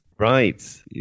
Right